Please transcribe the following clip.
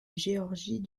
géorgie